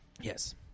Yes